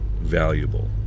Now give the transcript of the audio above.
valuable